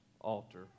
altar